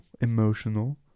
emotional